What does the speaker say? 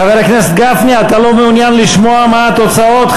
חבר הכנסת גפני, אתה לא מעוניין לשמוע מה התוצאות?